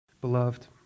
Beloved